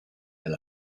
del